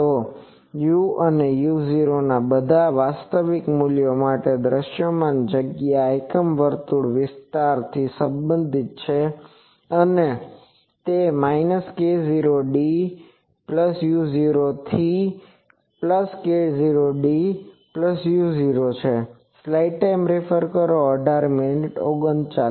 તો u અને u0 ના બધા વાસ્તવિક મૂલ્યો માટે દૃશ્યમાન જગ્યા એકમ વર્તુળના વિસ્તારથી સંબંધિત છે અને તે k0d u0 થી k0d u0 છે